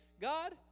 God